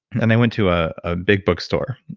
and i went to a ah big bookstore.